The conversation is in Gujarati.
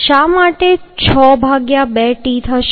શા માટે 62t થશે